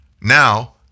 Now